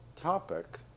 topic